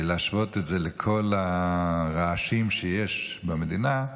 להשוות את זה לכל הרעשים שיש במדינה,